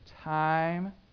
time